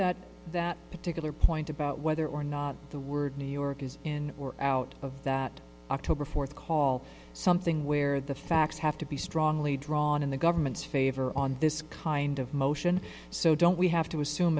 that that particular point about whether or not the word new york is in or out of that october fourth call something where the facts have to be strongly drawn in the government's favor on this kind of motion so don't we have to assume